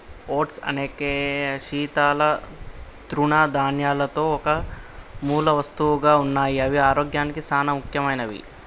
oats అనేక శీతల తృణధాన్యాలలో ఒక మూలవస్తువుగా ఉన్నాయి అవి ఆరోగ్యానికి సానా ముఖ్యమైనవి